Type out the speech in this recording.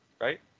right